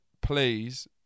please